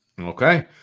Okay